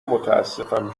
متاسفم